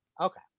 Okay